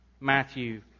Matthew